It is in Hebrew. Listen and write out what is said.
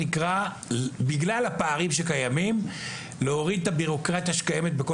בגלל הפערים שקיימים צריך להוריד את הבירוקרטיה שקיימת בכל